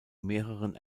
mehreren